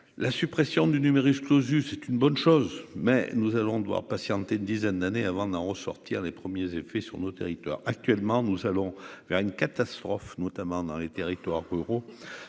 la suppression du numerus clausus est une bonne chose, mais nous allons devoir patienter une dizaine d'années avant d'en ressortir les premiers effets sur nos territoires actuellement nous allons vers une catastrophe, notamment dans les territoires ruraux